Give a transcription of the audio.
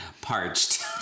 parched